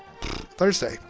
thursday